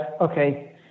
Okay